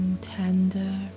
tender